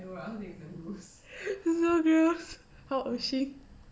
so gross how would she